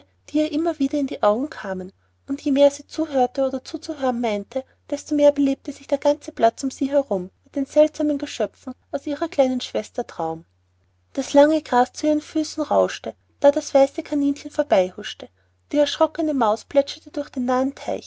die ihr immer wieder in die augen kamen und jemehr sie zuhörte oder zuzuhören meinte desto mehr belebte sich der ganze platz um sie herum mit den seltsamen geschöpfen aus ihrer kleinen schwester traum das lange gras zu ihren füßen rauschte da das weiße kaninchen vorbeihuschte die erschrockene maus plätscherte durch den nahen teich